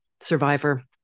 survivor